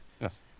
Yes